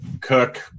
Cook